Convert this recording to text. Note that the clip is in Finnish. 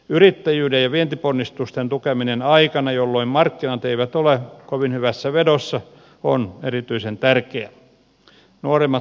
yrittäjyyden ja vientiponnistusten tukeminen aikana jolloin markkinat eivät ole kovin hyvässä vedossa on erityisen tärkeää